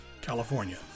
California